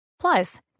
Plus